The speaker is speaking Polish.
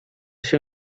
się